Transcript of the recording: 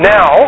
Now